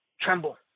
tremble